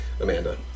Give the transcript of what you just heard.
Amanda